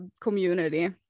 community